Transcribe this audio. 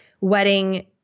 wedding